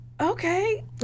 okay